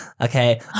Okay